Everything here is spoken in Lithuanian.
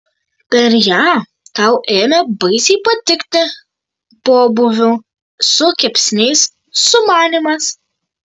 per ją tau ėmė baisiai patikti pobūvių su kepsniais sumanymas